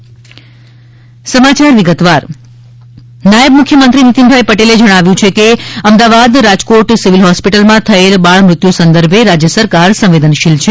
બાળમત્યુ પટેલ નાયબ મુખ્યમંત્રી નિતિનભાઇ પટેલે જણાવ્યુ છે કે અમદાવાદ રાજકોટ સિવિલ હોસ્પિટલમાં થયેલ બાળમૃત્યુ સંદર્ભે રાજ્ય સરકાર સંવેદનશીલ છે